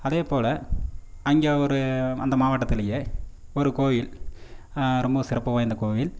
அதேபோல் அங்கே ஒரு அந்த மாவட்டத்திலயே ஒரு கோயில் ரொம்ப சிறப்பு வாய்ந்த கோவில்